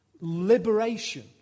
liberation